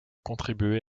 contribué